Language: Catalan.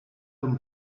d’un